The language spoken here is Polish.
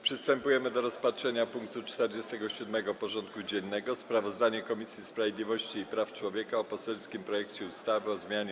Przystępujemy do rozpatrzenia punktu 47. porządku dziennego: Sprawozdanie Komisji Sprawiedliwości i Praw Człowieka o poselskim projekcie ustawy o zmianie